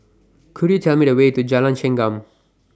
Could YOU Tell Me The Way to Jalan Chengam